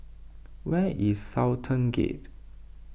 where is Sultan Gate